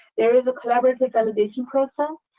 there is a collaborative validation process,